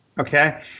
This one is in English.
okay